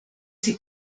wir